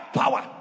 power